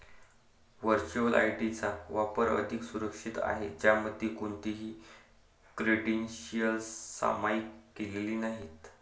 virtual ID चा वापर अधिक सुरक्षित आहे, ज्यामध्ये कोणतीही क्रेडेन्शियल्स सामायिक केलेली नाहीत